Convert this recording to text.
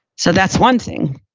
so, that's one thing.